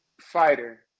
fighter